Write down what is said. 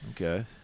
Okay